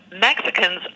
Mexicans